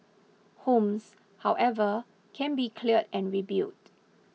homes however can be cleared and rebuilt